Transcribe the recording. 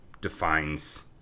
defines